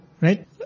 right